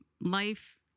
life